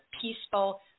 peaceful